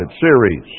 series